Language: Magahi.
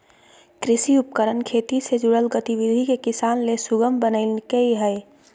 कृषि उपकरण खेती से जुड़ल गतिविधि के किसान ले सुगम बनइलके हें